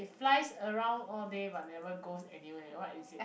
lies around all day but never goes any where what is it